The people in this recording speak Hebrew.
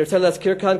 אני רוצה להזכיר כאן,